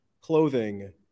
clothing